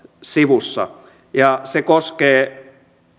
sivussa se koskee